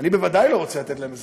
אני בוודאי לא רוצה לתת להם אזרחות.